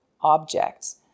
objects